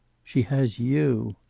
she has you.